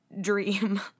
dream